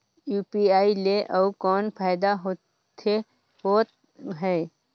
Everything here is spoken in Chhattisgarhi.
यू.पी.आई ले अउ कौन फायदा होथ है?